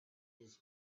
his